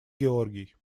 георгий